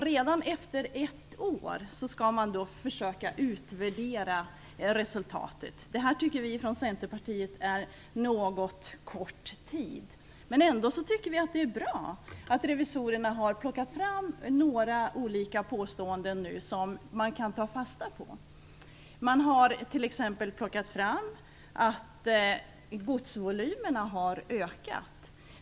Redan efter ett år skall man försöka utvärdera resultatet. Vi i centerpartiet tycker att det är något kort tid. Vi tycker ändå att det är bra att revisorerna har plockat fram några olika påståenden som man kan ta fasta på. Man har t.ex. plockat fram att godsvolymerna har ökat.